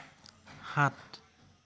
সাত